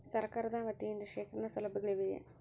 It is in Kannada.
ಸರಕಾರದ ವತಿಯಿಂದ ಶೇಖರಣ ಸೌಲಭ್ಯಗಳಿವೆಯೇ?